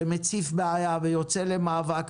שמציף בעיה ויוצא למאבק,